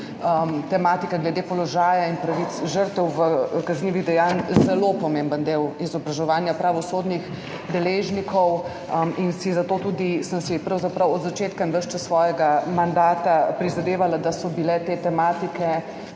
tematika glede položaja in pravic žrtev kaznivih dejanj, zelo pomemben del izobraževanja pravosodnih deležnikov in zato sem si tudi pravzaprav od začetka in ves čas svojega mandata prizadevala, da so bile te tematike